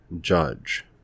judge